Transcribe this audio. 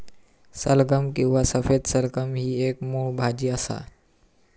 सलगम किंवा सफेद सलगम ही एक मुळ भाजी असा